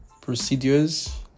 procedures